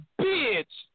bitch